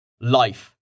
life